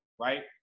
Right